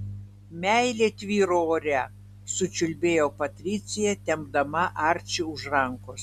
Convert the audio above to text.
meilė tvyro ore sučiulbėjo patricija tempdama arčį už rankos